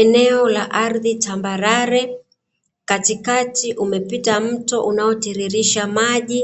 Eneo la ardhi tambarare, katikati umepita mto unaotiririsha maji,